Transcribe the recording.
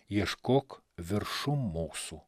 ieškok viršum mūsų